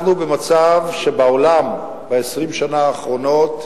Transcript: אנחנו במצב שבעולם, ב-20 שנה האחרונות,